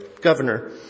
governor